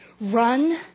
Run